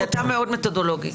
כי אתה מאוד מתודולוגי...